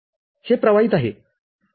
हे प्रवाहित आहे